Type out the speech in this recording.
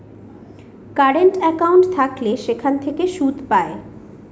current account থাকলে সেখান থেকে সুদ পায়